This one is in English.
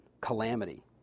calamity